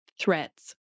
threats